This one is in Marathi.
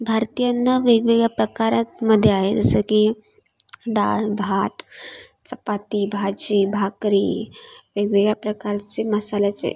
भारतीयांना वेगवेगळ्या प्रकारांमध्ये आहे जसं की डाळभात चपाती भाजी भाकरी वेगवेगळ्या प्रकारचे मसाल्याचे